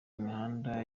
imihanda